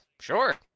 sure